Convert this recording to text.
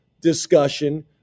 discussion